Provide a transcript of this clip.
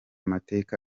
mateka